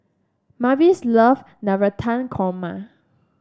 Mavis love Navratan Korma